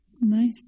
nice